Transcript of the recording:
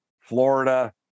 Florida